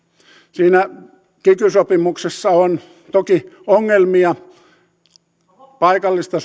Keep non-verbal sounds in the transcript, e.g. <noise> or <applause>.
siinä kiky sopimuksessa on toki ongelmia paikallista <unintelligible>